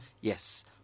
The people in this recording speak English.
Yes